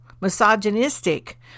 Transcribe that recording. misogynistic